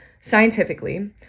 scientifically